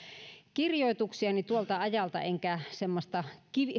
kirjoituksiani tuolta ajalta enkä semmoista